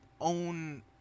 own